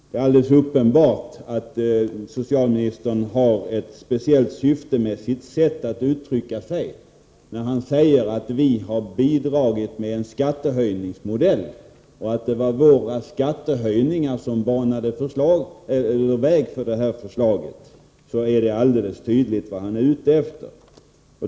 Det är alldeles uppenbart att socialministern har ett speciellt syfte med sitt sätt att uttrycka sig, när han säger att vi har bidragit med en skattehöjningsmodell och att det var våra skattehöjningar som banade väg för det här förslaget. Det är mycket tydligt vad han är ute efter.